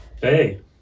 Hey